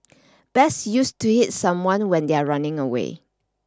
best used to hit someone when they are running away